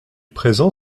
présent